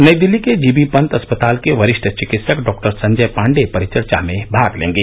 नई दिल्ली के जीबी पंत अस्पताल के वरिष्ठ चिकित्सक डॉक्टर संजय पांडेय परिचर्चा में भाग लेंगे